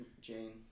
Jane